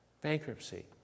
bankruptcy